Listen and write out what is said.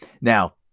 Now